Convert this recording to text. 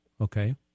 Okay